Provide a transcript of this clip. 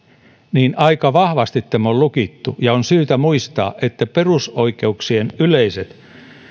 eli aika vahvasti tämä on lukittu ja on syytä muistaa että perusoikeuksien yleiset